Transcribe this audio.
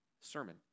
sermon